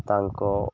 ତାଙ୍କ